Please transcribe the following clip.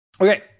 okay